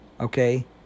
okay